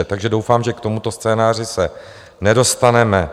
Takže doufám, že k tomuto scénáři se nedostaneme.